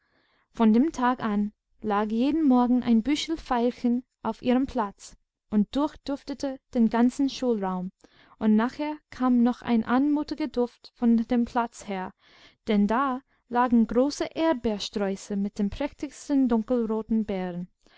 von dem tag an lag jeden morgen ein büschel veilchen auf ihrem platz und durchduftete den ganzen schulraum und nachher kam noch ein anmutigerer duft von dem platz her denn da lagen große erdbeersträuße mit den prächtigsten dunkelroten beeren